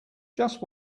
just